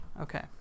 Okay